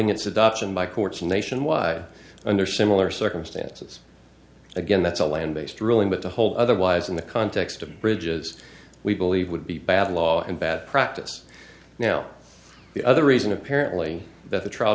adoption by courts nationwide under similar circumstances again that's a land based ruling but the whole otherwise in the context of bridges we believe would be bad law and bad practice now the other reason apparently that the trial